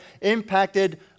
impacted